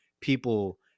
people